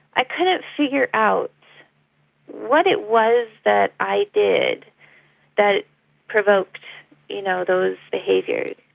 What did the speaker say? i couldn't figure out what it was that i did that provoked you know those behaviours.